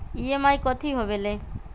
EMI कथी होवेले?